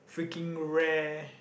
freaking rare